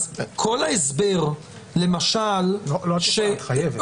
לא יכולה, חייבת.